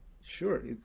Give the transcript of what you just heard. Sure